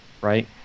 right